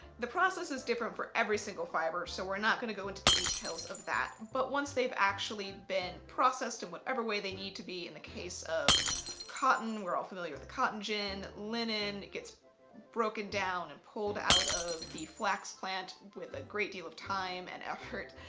the process is different for every single fibre. so we're not going to go into the details of that. but once they've actually been processed in whatever way they need to be in the case of cotton, we're all familiar with the cotton gin, linen gets broken down and pulled out of the flax plant with a great deal of time and effort,